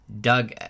Doug